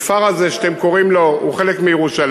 הכפר הזה כמו שאתם קוראים לו הוא חלק מירושלים,